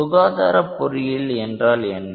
சுகாதார பொறியியல் என்றால் என்ன